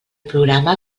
programa